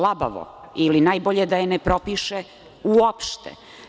Labavo ili najbolje da je ne propiše uopšte.